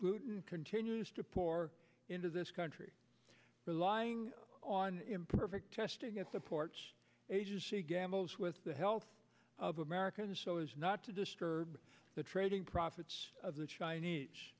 gluten continues to pour into this country relying on imperfect testing at the ports agency gambles with the health of americans so as not to disturb the trading profits of the chinese